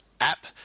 app